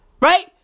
Right